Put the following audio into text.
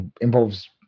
involves